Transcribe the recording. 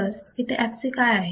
तर इथे fc काय आहे